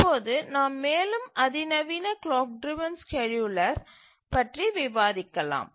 இப்போது நாம் மேலும் அதிநவீன கிளாக் டிரவன் ஸ்கேட்யூலர் பற்றி விவாதிக்கலாம்